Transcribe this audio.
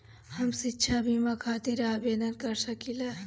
हम शिक्षा बीमा खातिर आवेदन कर सकिला?